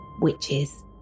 witches